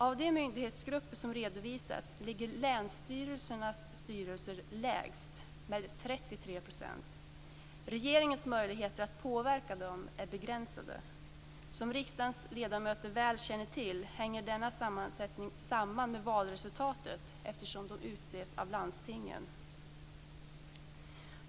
Av de myndighetsgrupper som redovisats ligger länsstyrelsernas styrelser lägst med 33 %. Regeringens möjligheter att påverka dem är begränsade. Som riksdagens ledamöter väl känner till, hänger denna sammansättning samman med valresultatet eftersom de utses av landstingen.